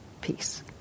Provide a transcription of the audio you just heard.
peace